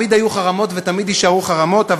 תמיד היו חרמות ותמיד יישארו חרמות,